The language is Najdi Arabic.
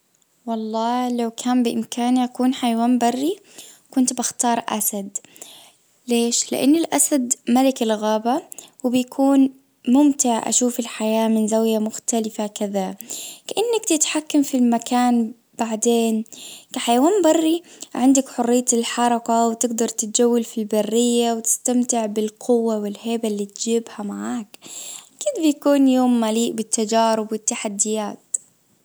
والله لو كان بامكاني اكون حيوان بري كنت بختار اسد ليش? لان الأسد ملك الغابة وبيكون ممتع أشوف الحياة من زاوية مختلفة كذا كأنك تتحكم في المكان بعدين كحيوان بري عندك حرية الحركة وتجدر تتجول في البرية وتستمتع بالقوة والهيبة اللي تجيبها معاك اكيد بيكون يوم مليء بالتجارب والتحديات.